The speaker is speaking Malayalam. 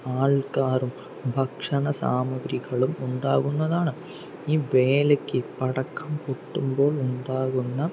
ആൾക്കാരും ഭക്ഷണ സാമഗ്രികളും ഉണ്ടാകുന്നതാണ് ഈ വേലയ്ക്ക് പടക്കം പൊട്ടുമ്പോൾ ഉണ്ടാകുന്ന